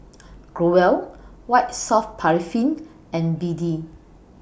Growell White Soft Paraffin and B D